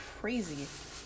crazy